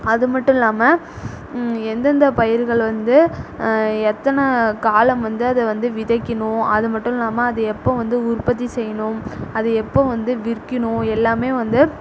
அது மட்டும் இல்லாமல் எந்தெந்த பயிர்கள் வந்து எத்தனை காலம் வந்து அதை வந்து விதைக்கணும் அது மட்டும் இல்லாமல் அதை எப்ப வந்து உற்பத்தி செய்யணும் அதை எப்போ வந்து விற்கணும் எல்லாமே வந்து